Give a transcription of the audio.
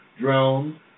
drone